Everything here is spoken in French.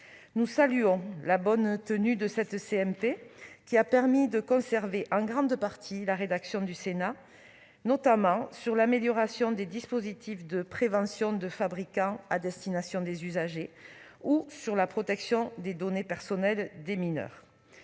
Nous saluons la bonne tenue de cette CMP, qui a permis de conserver en grande partie la rédaction du Sénat, notamment sur l'amélioration des dispositifs de prévention des fabricants à destination des usagers ou sur la protection des données personnelles des mineurs.